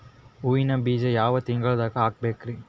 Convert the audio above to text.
ಹೂವಿನ ಬೀಜ ಯಾವ ತಿಂಗಳ್ದಾಗ್ ಹಾಕ್ಬೇಕರಿ?